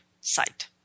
site